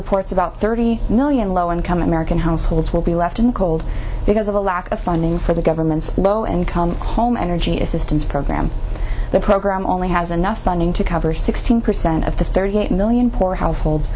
reports about thirty million low and american households will be left in the cold because of a lack of funding for the government's low income home energy assistance program the program only has enough funding to cover sixteen percent of the thirty eight million poor household